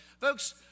folks